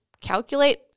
calculate